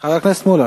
חבר הכנסת מולה.